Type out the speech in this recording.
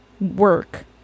work